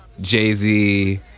jay-z